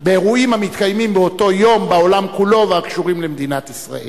באירועים המתקיימים באותו יום בעולם כולו וקשורים למדינת ישראל,